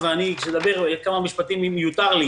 וכאשר אדבר כמה משפטים,